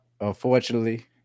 unfortunately